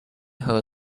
her